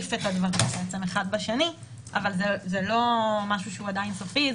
להחליף אחד בשני אבל זה לא משהו שהוא עדיין סופי.